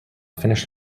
finish